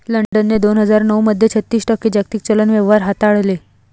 लंडनने दोन हजार नऊ मध्ये छत्तीस टक्के जागतिक चलन व्यवहार हाताळले